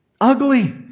ugly